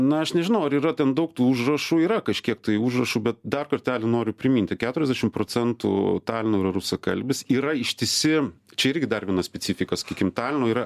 na aš nežinau ar yra ten daug tų užrašų yra kažkiek tai užrašų bet dar kartelį noriu priminti keturiasdešim procentų talino yra rusakalbis yra ištisi čia irgi dar viena specifika sakykim talino yra